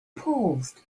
paused